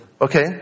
Okay